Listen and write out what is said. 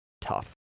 Tough